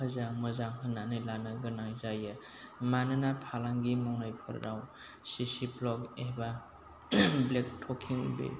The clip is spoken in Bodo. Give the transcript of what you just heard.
होजों मोजां होन्नानै लानो गोनां जायो मानोना फालांगि मावनायफोराव चिचि ब्लक एबा ब्लेक टकिं बे